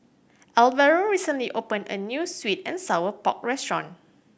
Alvaro recently opened a new sweet and sour pork restaurant